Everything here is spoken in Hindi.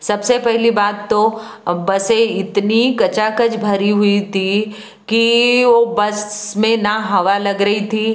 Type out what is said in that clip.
सबसे पहली बात तो अब बस्सें इतनी खचाखच भरी हुई थीं की वो बस में ना हवा लग रही थी